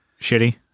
Shitty